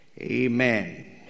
Amen